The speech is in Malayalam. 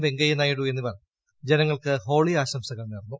വെങ്കയ്യനായിഡു എന്നിവർ ജനങ്ങൾക്ക് ഹോളി ആശംസകൾ നേർന്നു